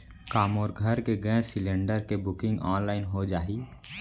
का मोर घर के गैस सिलेंडर के बुकिंग ऑनलाइन हो जाही?